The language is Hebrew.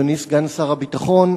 אדוני סגן שר הביטחון,